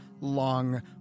long